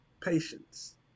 patience